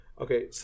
Okay